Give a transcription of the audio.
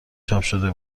چاپشده